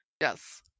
yes